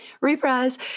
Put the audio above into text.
Reprise